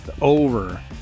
over